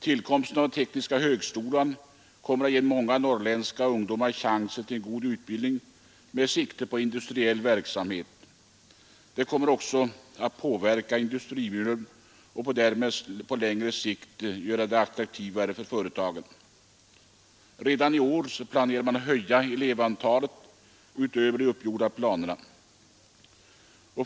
Tillkomsten av tekniska högskolan kommer att ge många norrländska ungdomar chans till en god utbildning med sikte på industriell verksamhet. Den kommer också att påverka industrimiljön på längre sikt och därmed göra vår landsdel attraktivare för företagen. Redan i år planerar man att höja elevantalet utöver uppgjorda planer.